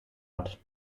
rod